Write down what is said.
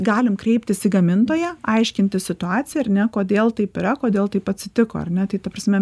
galim kreiptis į gamintoją aiškintis situaciją ar ne kodėl taip yra kodėl taip atsitiko ar ne tai ta prasme